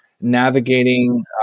navigating